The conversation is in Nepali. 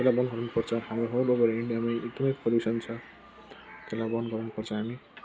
त्यसलाई बन्द गर्नुपर्छ हाम्रो होल ओभर इन्डियामा एकदमै पल्युसन छ त्यसलाई बन्द गर्नुपर्छ हामी